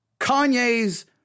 Kanye's